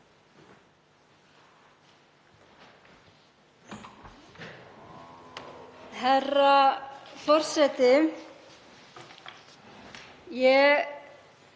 Herra forseti. Ég